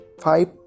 five